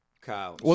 Kyle